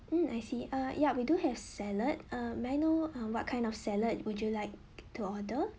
mm I see uh ya we do have salad uh may I know uh what kind of salad would you like to order